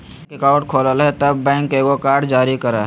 bank account खोलय हइ तब बैंक एगो कार्ड जारी करय हइ